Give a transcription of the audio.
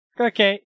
Okay